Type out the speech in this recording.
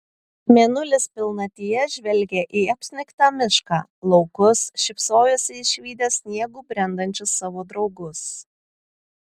mėnulis pilnatyje žvelgė į apsnigtą mišką laukus šypsojosi išvydęs sniegu brendančius savo draugus